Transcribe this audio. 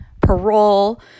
parole